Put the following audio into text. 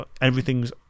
everything's